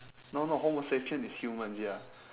no no homo sapien is humans ya